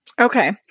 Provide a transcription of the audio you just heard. Okay